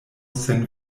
sen